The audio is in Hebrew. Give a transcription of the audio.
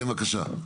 כן, בבקשה.